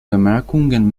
bemerkungen